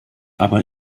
aber